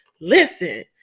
Listen